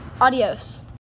adios